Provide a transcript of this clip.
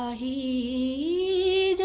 he does